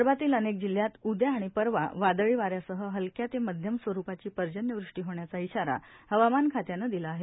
विदर्भातील अनेक जिल्ह्यात उदया आणि परवा वादळी वाऱ्यासाह हलक्या ते माध्यम स्वरूपाची पर्जन्यवष्टी होण्याचा इशारा हवामान खात्यानं दिला आहे